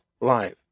life